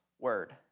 word